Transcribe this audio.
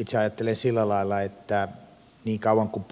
itse ajattelen sillä lailla että niin kauan kuin